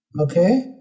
okay